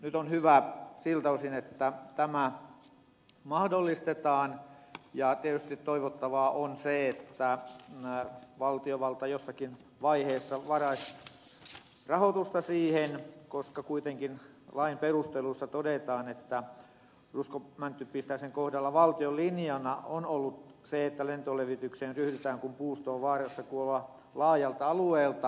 nyt on hyvä siltä osin että tämä mahdollistetaan ja tietysti toivottavaa on se että valtiovalta jossakin vaiheessa varaisi rahoitusta siihen koska kuitenkin lain perusteluissa todetaan että ruskomäntypistiäisen kohdalla valtion linjana on ollut se että lentolevitykseen ryhdytään kun puusto on vaarassa kuolla laajalta alueelta